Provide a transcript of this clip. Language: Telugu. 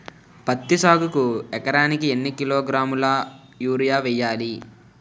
పత్తి సాగుకు ఎకరానికి ఎన్నికిలోగ్రాములా యూరియా వెయ్యాలి?